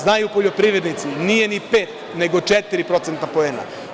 Znaju poljoprivrednici, nije ni pet nego četiri procentna poena.